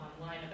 online